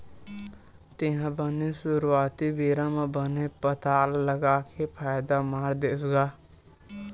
तेहा बने सुरुवाती बेरा म बने पताल लगा के फायदा मार देस गा?